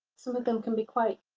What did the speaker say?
some of them can be quite